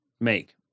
make